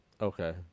Okay